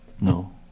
No